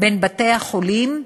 בין בתי-החולים,